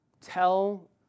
Tell